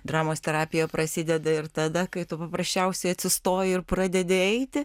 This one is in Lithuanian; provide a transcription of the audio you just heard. dramos terapija prasideda ir tada kai tu paprasčiausiai atsistoji ir pradedi eiti